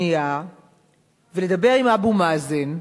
ולדבר עם אבו מאזן,